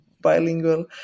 Bilingual